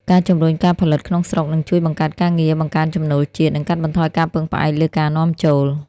ការជំរុញការផលិតក្នុងស្រុកនឹងជួយបង្កើតការងារ បង្កើនចំណូលជាតិ និងកាត់បន្ថយការពឹងផ្អែកលើការនាំចូល។